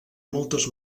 moltes